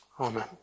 Amen